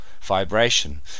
vibration